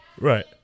Right